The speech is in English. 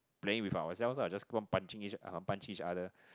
playing with ourselves ah just one punching uh punch each other